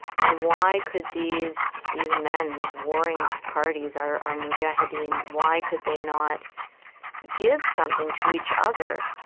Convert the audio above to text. and why could these these men, these warring parties, our our mujahideen, why could they not give something to each other,